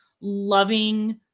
loving